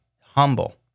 humble